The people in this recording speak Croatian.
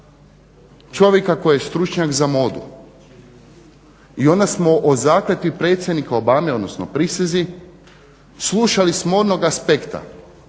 čovjeka koji je stručnjak za modu i onda smo o zakletvi predsjednika Obame, odnosno prisezi slušali s onog aspekta